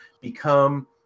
become